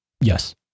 Yes